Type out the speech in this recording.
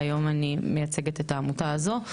והיום אני מייצגת את העמותה הזו.